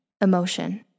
Emotion